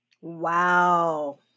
Wow